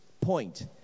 point